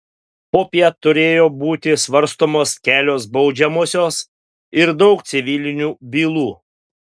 popiet turėjo būti svarstomos kelios baudžiamosios ir daug civilinių bylų